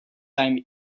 time